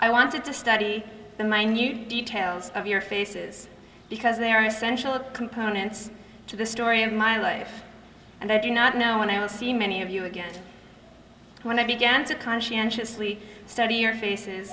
i wanted to study the minute details of your faces because they are essential components to the story of my life and i do not know when i will see many of you again when i began to conscientiously study your faces